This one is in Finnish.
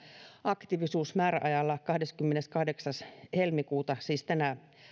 aktiivisuus määräajalla kahdeskymmeneskahdeksas helmikuuta siis tänä